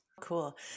cool